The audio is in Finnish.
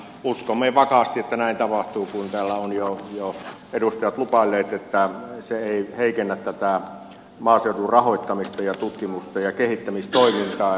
uskomme vakaasti että näin tapahtuu kun täällä ovat jo edustajat lupailleet että se ei heikennä tätä maaseudun rahoittamista ja tutkimusta ja kehittämistoimintaa